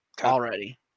Already